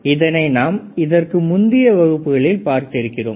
இதனை நாம் இதற்கு முந்தைய வகுப்புகளில் பார்த்திருக்கிறோம்